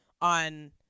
on